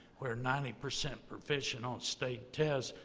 we're ninety percent proficient on state tests,